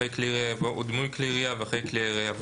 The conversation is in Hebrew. אחרי "כלי ירייה" יבוא "או דמוי כלי ירייה" ואחרי "כלי הירייה"